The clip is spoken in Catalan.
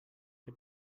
que